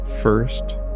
First